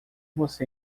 você